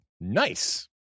Nice